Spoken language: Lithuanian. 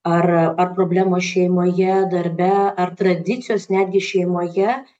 ar ar problemos šeimoje darbe ar tradicijos netgi šeimoje